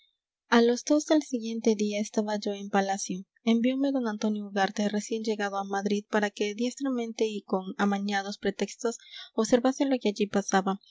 a las dos del siguiente día estaba yo en palacio enviome d antonio ugarte recién llegado a madrid para que diestramente y con amañados pretextos observase lo que allí pasaba